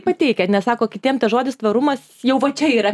pateikiat nes sako kitiem tas žodis tvarumas jau va čia yra